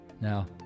Now